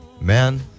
man